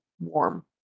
warm